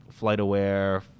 FlightAware